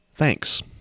Thanks